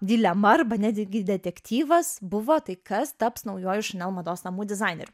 dilema arba netgi detektyvas buvo tai kas taps naujuoju šanel mados namų dizaineriu